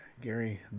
Gary